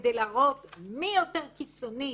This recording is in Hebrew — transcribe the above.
כדי להראות מי יותר קיצוני,